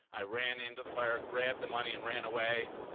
i ran into the fire, grabbed the money and ranaway.